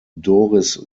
doris